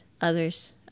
others